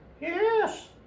Yes